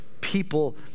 people